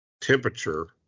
temperature